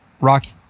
Rocky